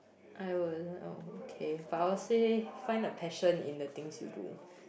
I'll will okay I would say find a passion in the things you do